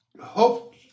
hope